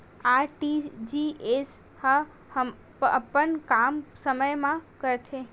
RTGS ह अपन काम समय मा करथे?